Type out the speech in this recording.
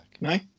No